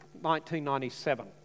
1997